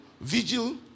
vigil